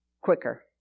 quicker